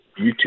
YouTube